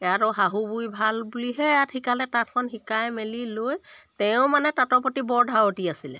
ইয়াতো শাহু বুঢ়ি ভাল বুলিহে ইয়াত শিকালে তাঁতখন শিকাই মেলি লৈ তেওঁ মানে তাঁতৰ প্ৰতি বৰ ধাৰতি আছিলে